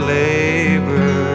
labor